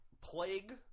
plague